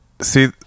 See